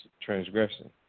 transgression